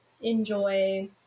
enjoy